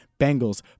Bengals